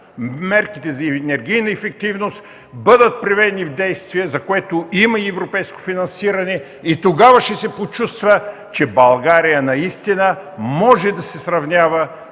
мерките за енергийна ефективност бъдат приведени в действие, за което има и европейско финансиране, и тогава ще се почувства, че България наистина може да се сравнява